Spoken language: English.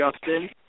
Justin